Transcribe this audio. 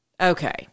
okay